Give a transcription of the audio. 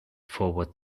forward